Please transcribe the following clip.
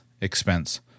expense